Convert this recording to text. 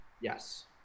Yes